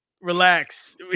relax